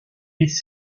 les